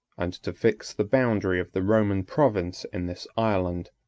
and to fix the boundary of the roman province in this island.